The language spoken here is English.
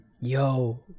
Yo